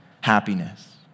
happiness